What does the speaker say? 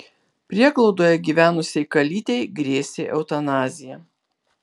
prieglaudoje gyvenusiai kalytei grėsė eutanazija